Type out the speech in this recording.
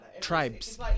tribes